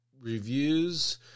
reviews